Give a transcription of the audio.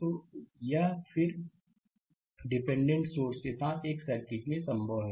तो और यह डिपेंडेंट सोर्स के साथ एक सर्किट में संभव है